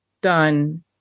done